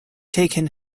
taken